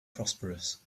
prosperous